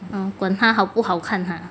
orh 管它好不好 ha